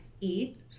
Eat